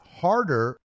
harder